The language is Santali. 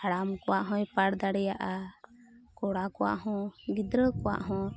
ᱦᱟᱲᱟᱢ ᱠᱚᱣᱟᱜ ᱦᱚᱸᱭ ᱯᱟᱴ ᱫᱟᱲᱮᱭᱟᱜᱼᱟ ᱠᱚᱲᱟ ᱠᱚᱣᱟᱜ ᱦᱚᱸ ᱜᱤᱫᱽᱨᱟᱹ ᱠᱚᱣᱟᱜ ᱦᱚᱸ